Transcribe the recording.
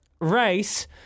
race